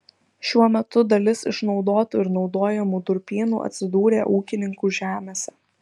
šiuo metu dalis išnaudotų ir naudojamų durpynų atsidūrė ūkininkų žemėse